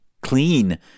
clean